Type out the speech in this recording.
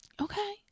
Okay